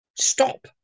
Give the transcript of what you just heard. Stop